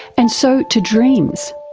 and so to dreams.